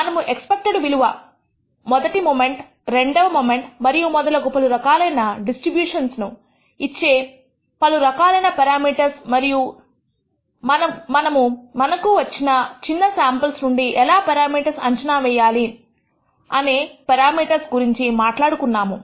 మనము ఎక్స్పెక్టెడ్ విలువ మొదటి మొమెంట్ రెండవ మొమెంట్ మరియు మొదలగు పలు రకాలైన డిస్ట్రిబ్యూషన్స్ ఇచ్చే పలు రకాలైన పెరామీటర్స్ మరియు మనము మనకు వచ్చిన చిన్న శాంపుల్ నుండి ఎలా పెరామీటర్స్ అంచనా వేయాలి అనే పారామీటర్స్ గురించి మాట్లాడుకున్నాము